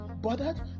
bothered